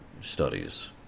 studies